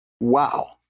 Wow